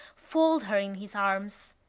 fold her in his arms.